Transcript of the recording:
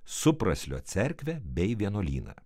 supraslio cerkvę bei vienuolyną